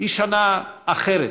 היא שנה אחרת,